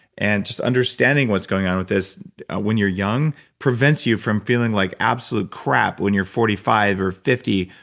and just understanding what's going on with this ah when you're young prevents you from feeling like absolute crap when you're forty five, or fifty,